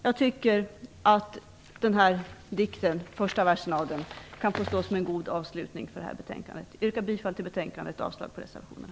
Jag tycker att första versen av den här dikten kan få stå som en god avslutning på det här betänkandet. Jag yrkar bifall till hemställan i betänkandet och avslag på reservationerna.